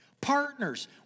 Partners